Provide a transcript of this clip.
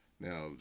Now